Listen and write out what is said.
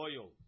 oil